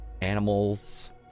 animals